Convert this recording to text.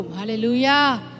Hallelujah